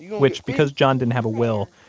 which, because john didn't have a will,